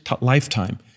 lifetime